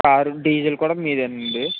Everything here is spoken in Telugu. కారు డీజిల్ కూడా మీదేనండి